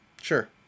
sure